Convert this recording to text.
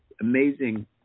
amazing